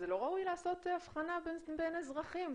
זה לא ראוי לעשות הבחנה בין אזרחים,